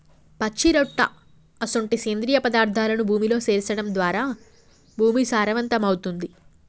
పచ్చిరొట్ట అసొంటి సేంద్రియ పదార్థాలను భూమిలో సేర్చడం ద్వారా భూమి సారవంతమవుతుంది